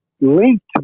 linked